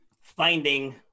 finding